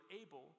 able